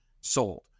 sold